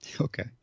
Okay